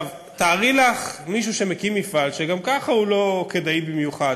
תארי לך מישהו שמקים מפעל שגם כך הוא לא כדאי במיוחד,